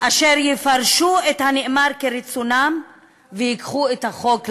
אשר יפרשו את הנאמר כרצונם וייקחו את החוק לידיים.